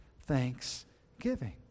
thanksgiving